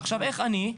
עכשיו איך אני,